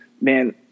man